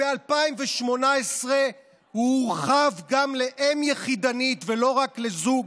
וב-2018 הוא הורחב גם לאם יחידנית, ולא רק לזוג,